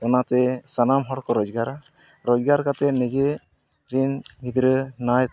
ᱚᱱᱟᱛᱮ ᱥᱟᱱᱟᱢ ᱦᱚᱲᱠᱚ ᱨᱳᱡᱽᱜᱟᱨᱟ ᱨᱳᱡᱽᱜᱟᱨ ᱠᱟᱛᱮᱫ ᱱᱤᱡᱮᱨᱮᱱ ᱜᱤᱫᱽᱨᱟᱹ ᱱᱟᱭ